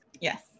yes